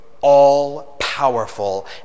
all-powerful